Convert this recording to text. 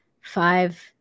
five